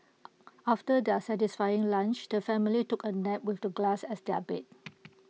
after their satisfying lunch the family took A nap with the grass as their bed